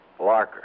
Larker